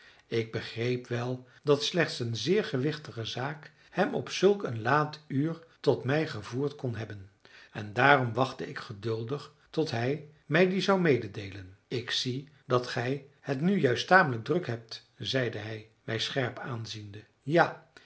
ik begreep wel dat slechts een zeer gewichtige zaak hem op zulk een laat uur tot mij gevoerd kon hebben en daarom wachtte ik geduldig tot hij mij die zou mededeelen ik zie dat gij het nu juist tamelijk druk hebt zeide hij mij scherp aanziende ja